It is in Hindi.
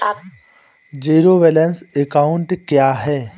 ज़ीरो बैलेंस अकाउंट क्या है?